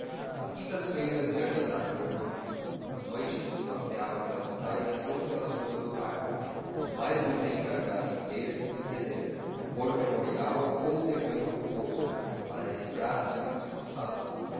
às quintas-feiras ia jantar com a irmã às noites passeava pelas praias ou pelas ruas do bairro o mais do tempo era gasto em ler e reler compor o memorial ou rever o composto para relembrar as cousas passadas